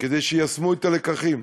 כדי שיישמו את הלקחים?